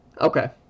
Okay